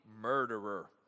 murderer